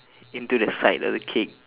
into the side of the cake